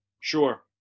Sure